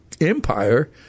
empire